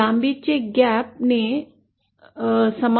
लांबीचे ग्याप ने समान